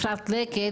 אפרת לקט